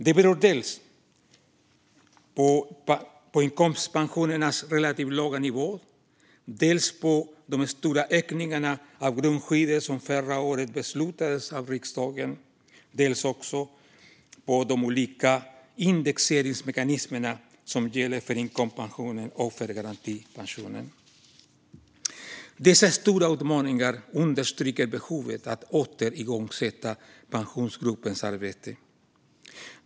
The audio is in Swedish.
Det beror dels på inkomstpensionernas relativt låga nivå, dels på de stora ökningar av grundskyddet som förra året beslutades av riksdagen, dels på de olika indexeringsmekanismer som gäller för inkomstpensionen och för garantipensionen. Dessa stora utmaningar understryker behovet av att åter igångsätta Pensionsgruppens arbete.